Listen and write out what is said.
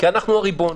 כי אנחנו הריבון.